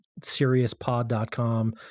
SeriousPod.com